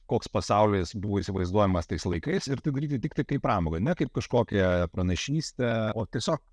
koks pasaulis buvo įsivaizduojamas tais laikais ir tai daryti tiktai kaip pramogą ne kaip kažkokią pranašystę o tiesiog